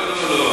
לא לא לא,